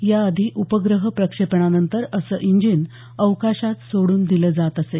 याआधी उपग्रह प्रक्षेपणानंतर असं इंजिन अवकाशात सोडून दिलं जात असे